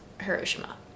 Hiroshima